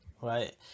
right